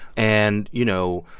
and, you know,